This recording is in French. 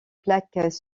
plaques